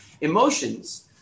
Emotions